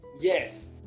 Yes